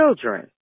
children